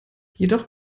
jedoch